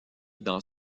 dans